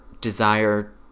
desire